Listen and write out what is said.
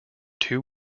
two